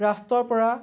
ৰাষ্ট্ৰৰপৰা